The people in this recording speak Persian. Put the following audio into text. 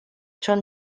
چون